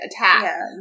attack